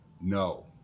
No